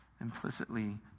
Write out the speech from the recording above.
implicitly